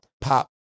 pop